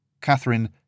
Catherine